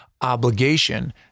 obligation